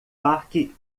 parque